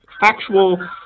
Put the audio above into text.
factual